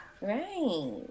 Right